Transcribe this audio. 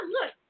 Look